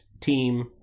team